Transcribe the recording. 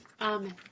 Amen